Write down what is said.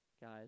guys